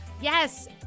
Yes